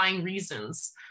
reasons